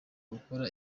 gukora